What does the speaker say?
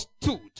stood